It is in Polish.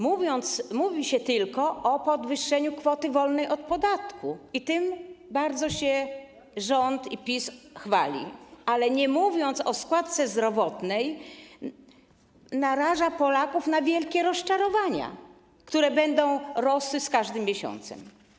Mówi się tylko o podwyższeniu kwoty wolnej od podatku, i tym bardzo się rząd i PiS chwalą, ale, nie mówiąc o składce zdrowotnej, narażają Polaków na wielkie rozczarowanie, które będzie rosło z każdym miesiącem.